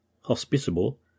hospitable